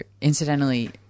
incidentally